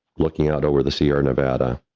looking out over the sierra nevada,